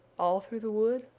all through the wood,